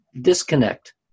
disconnect